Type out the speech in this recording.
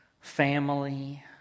family